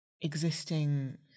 existing